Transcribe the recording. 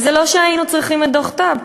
וזה לא שהיינו צריכים את דוח טאוב,